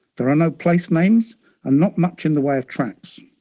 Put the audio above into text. there are no place names and not much in the way of tracks.